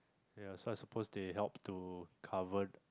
yeah so I suppose they help to cover